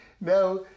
Now